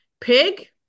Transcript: Pig